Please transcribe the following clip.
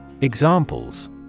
Examples